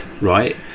right